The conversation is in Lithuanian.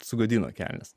sugadino kelias